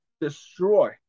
destroy